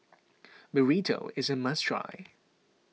Burrito is a must try